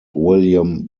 william